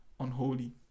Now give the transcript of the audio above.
unholy